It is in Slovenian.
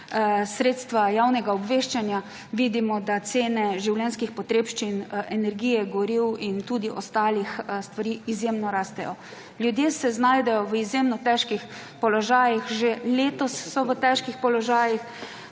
sredstva javnega obveščanja, vidimo, da cene življenjskih potrebščin, energije, goriv in tudi ostalih stvari izjemno rastejo. Ljudje se znajdejo v izjemno težkih položajih, že letos so v težkih položajih,